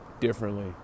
differently